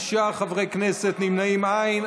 תשעה חברי כנסת, נמנעים אין.